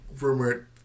rumored